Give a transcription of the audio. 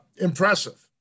impressive